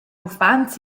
uffants